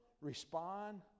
respond